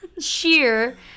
Sheer